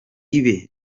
ibe